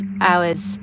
hours